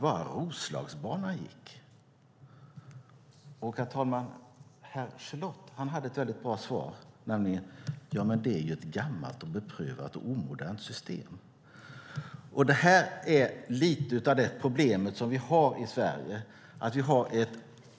Herr Gelotte hade ett bra svar: Jo, för det är ett gammalt, beprövat och omodernt system. Detta är lite av det problem vi har i Sverige.